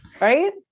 right